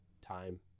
time